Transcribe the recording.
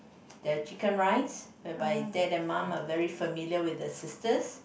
the Chicken Rice whereby dad and mum are very familiar with the sisters